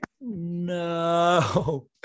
No